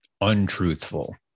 untruthful